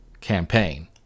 campaign